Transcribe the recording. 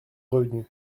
revenus